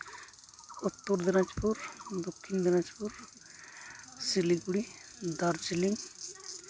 ᱩᱛᱛᱚᱨ ᱫᱤᱱᱟᱡᱽᱯᱩᱨ ᱫᱚᱠᱠᱷᱤᱱ ᱫᱤᱱᱟᱡᱽᱯᱩᱨ ᱥᱤᱞᱤᱜᱩᱲᱤ ᱫᱟᱨᱡᱤᱞᱤᱝ